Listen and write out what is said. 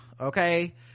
okay